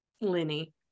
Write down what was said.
Lenny